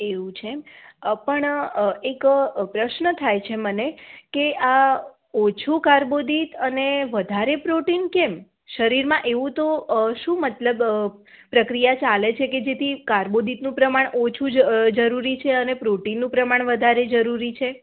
એવું છે પણ એક પ્રશ્ન થાય છે મને કે આ ઓછું કાર્બોદિત અને વધારે પ્રોટીન કેમ શરીરમાં એવું તો શું મતલબ પ્રકિયા ચાલે છે કે જેથી કાર્બોદિત પ્રમાણ ઓછું જ જરૂરી છે અને પ્રોટીનનું પ્રમાણ વધારે જરૂરી છે